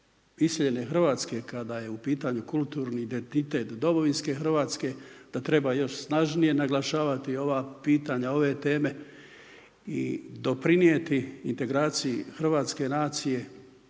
iseljene Hrvatske kada je u pitanju kulturni identitet Domovinske hrvatske da treba još snažnije naglašavati ova pitanja ove teme i doprinijeti integraciji hrvatske nacije,